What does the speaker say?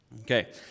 Okay